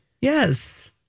Yes